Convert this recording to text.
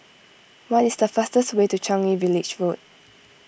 what is the fastest way to Changi Village Road